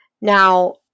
Now